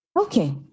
Okay